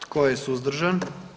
Tko je suzdržan?